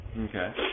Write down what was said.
Okay